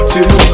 Two